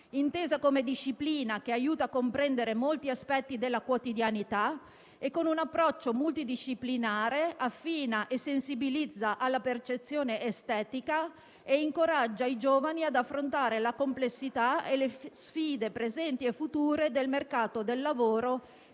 intesa come disciplina che aiuta a comprendere molti aspetti della quotidianità e con un approccio multidisciplinare affina e sensibilizza alla percezione estetica e incoraggia i giovani ad affrontare la complessità e le sfide presenti e future del mercato del lavoro